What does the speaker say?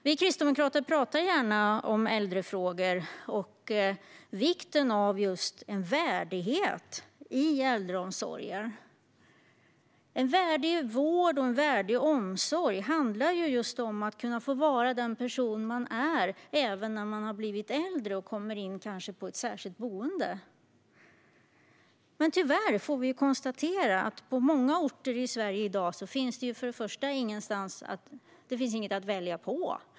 Vi kristdemokrater talar gärna om äldrefrågor och vikten av värdighet i äldreomsorgen. En värdig vård och en värdig omsorg handlar om att kunna få vara den person man är även när man har blivit äldre och kanske kommer in på ett särskilt boende. Tyvärr får vi konstatera att det på många orter i Sverige inte finns något att välja på.